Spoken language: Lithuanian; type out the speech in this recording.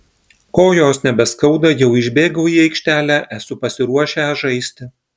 kojos nebeskauda jau išbėgau į aikštelę esu pasiruošęs žaisti